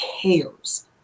cares